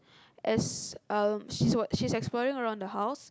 as um she's walk she's exploring around the house